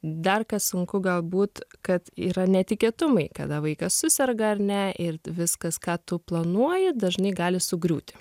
dar ką sunku galbūt kad yra netikėtumai kada vaikas suserga ar ne ir viskas ką tu planuoji dažnai gali sugriūti